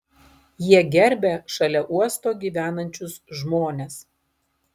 jie gerbia šalia uosto gyvenančius žmones